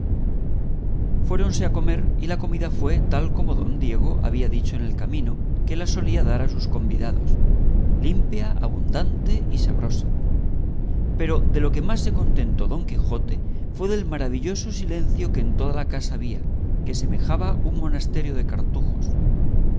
intervalos fuéronse a comer y la comida fue tal como don diego había dicho en el camino que la solía dar a sus convidados limpia abundante y sabrosa pero de lo que más se contentó don quijote fue del maravilloso silencio que en toda la casa había que semejaba un monasterio de cartujos